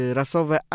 rasowe